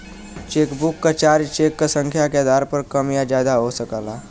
chequebook क charge cheque क संख्या के आधार पर कम या ज्यादा हो सकला